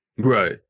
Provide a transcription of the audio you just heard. Right